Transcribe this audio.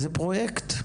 זה פרויקט.